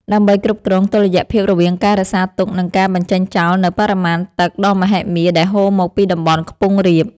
ដើម្បីគ្រប់គ្រងតុល្យភាពរវាងការរក្សាទុក និងការបញ្ចេញចោលនូវបរិមាណទឹកដ៏មហិមាដែលហូរមកពីតំបន់ខ្ពង់រាប។